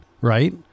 right